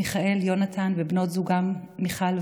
מיכאל, יונתן ובנות זוגם מיכל ועינב.